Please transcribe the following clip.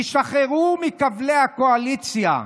תשתחררו מכבלי הקואליציה.